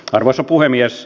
arvoisa puhemies